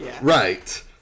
Right